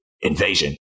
invasion